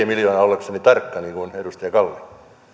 miljoonaa ollakseni tarkka niin kuin edustaja kalli